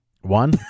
One